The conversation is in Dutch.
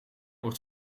wordt